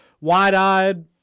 wide-eyed